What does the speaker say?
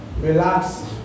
relax